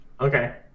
Okay